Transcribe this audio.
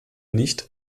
nicht